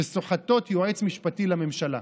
שסוחטות יועץ משפטי לממשלה,